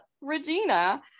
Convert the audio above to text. Regina